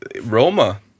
Roma